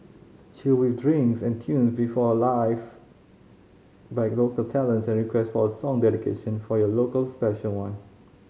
chill with drinks and tune performed live by local talents and request for a song dedication for your local special one